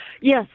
Yes